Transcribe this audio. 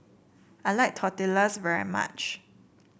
I like Tortillas very much